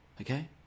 Okay